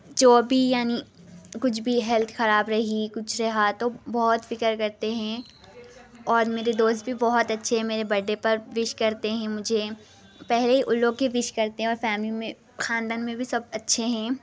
جو بھی یعنی کچھ بھی ہیلتھ خراب رہی کچھ رہا تو بہت فکر کرتے ہیں اور میرے دوست بھی بہت اچھے ہیں میرے بر ڈے پر وش کرتے ہیں مجھے پہلے وہ لوگ ہی وش کرتے ہیں اور فیملی میں خاندان میں سب اچھے ہیں